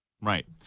Right